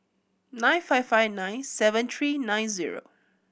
nine five five nine seven three nine zero